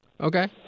Okay